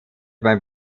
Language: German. beim